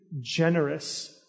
generous